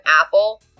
apple